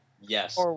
yes